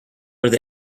where